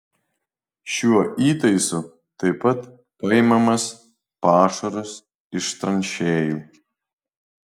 šiuo įtaisu taip pat paimamas pašaras iš tranšėjų